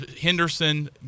Henderson